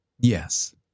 Yes